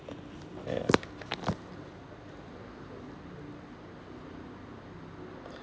ya